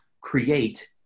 create